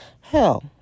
Hell